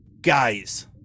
Guys